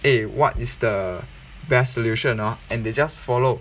eh what is the best solution ah and they just follow